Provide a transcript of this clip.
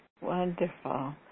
Wonderful